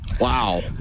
Wow